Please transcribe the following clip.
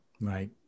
Right